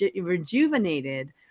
rejuvenated